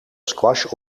squash